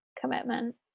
commitment